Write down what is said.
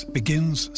begins